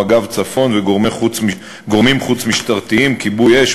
מג"ב צפון וגורמים חוץ-משטרתיים: כיבוי אש,